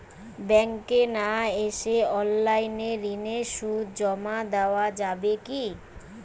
ব্যাংকে না এসে অনলাইনে ঋণের সুদ জমা দেওয়া যাবে কি?